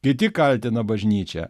kiti kaltina bažnyčią